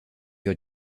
your